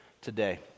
today